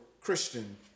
Christian